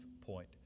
point